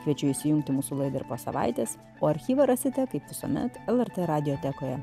kviečiu įsijungti į mūsų laidą po savaitės o archyvą rasite kaip visuomet lrt radiotekoje